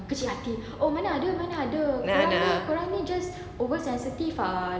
nah nah